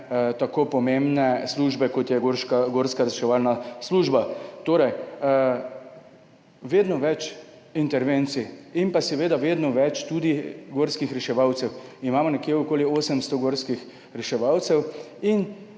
tako pomembne službe, kot je gorska reševalna služba. Torej, vedno več je intervencij in vedno več tudi gorskih reševalcev, imamo okoli 800 gorskih reševalcev,